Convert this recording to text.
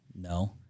No